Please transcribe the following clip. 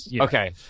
Okay